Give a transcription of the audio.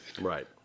Right